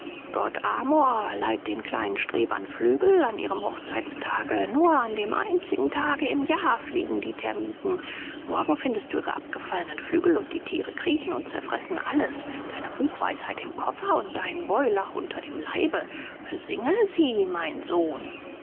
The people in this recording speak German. gott amor leiht den kleinen strebern flügel an ihrem hochzeitstage nur an dem einzigen tage im jahre fliegen die termiten morgen findest du ihre abgefallenen flügel und die tiere kriechen und zerfressen alles deine buchweisheit im koffer und deinen woilach unter dem leibe besinge sie mein sohn